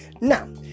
now